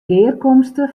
gearkomste